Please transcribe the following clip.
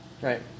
Right